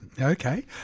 okay